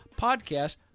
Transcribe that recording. podcast